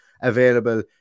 available